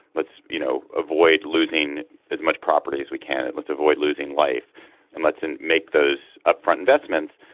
let's you know avoid losing as much properties we can't let's avoid losing life and let's and make those upfront investments.